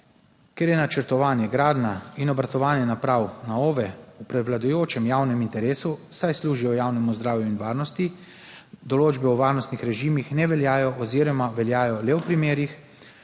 Ker je načrtovanje, gradnja in obratovanje naprav na OVE v prevladujočem javnem interesu, saj služijo javnemu zdravju in varnosti, določbe o varnostnih režimih ne veljajo oziroma veljajo le v primerih,